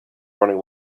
running